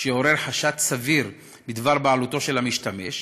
שיעורר חשד סביר בדבר בעלותו של המשתמש,